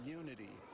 unity